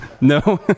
No